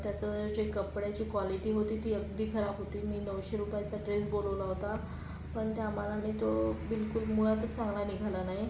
त्याचं चे कपड्याची क्वालिटी होती ती अगदी खराब होती मी नऊशे रुपयाचा ड्रेस बोलवला होता पण त्यामानाने तो बिलकुल मुळातच चांगला निघाला नाही